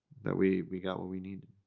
that we we got what we needed.